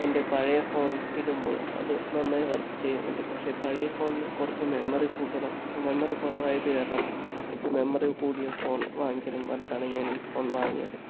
എൻ്റെ പഴയ ഫോൺ ഇടുമ്പോൾ അത് നന്നായി വർക്ക് ചെയ്യുന്നുണ്ട് പക്ഷെ പഴയ ഫോണിന് കുറച്ച് മെമ്മറി കൂട്ടണം മെമ്മറി കുറവായത് കാരണം കുറച്ച് മെമ്മറി കൂടിയ ഫോൺ വാങ്ങിക്കണംന്ന് പറഞ്ഞിട്ടാണ് ഞാൻ ഈ ഫോൺ വാങ്ങിയത്